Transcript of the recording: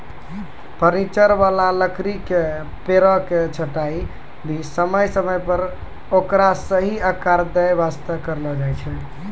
furniture वाला लकड़ी के पेड़ के छंटाई भी समय समय पर ओकरा सही आकार दै वास्तॅ करलो जाय छै